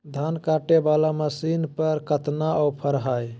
धान कटे बाला मसीन पर कतना ऑफर हाय?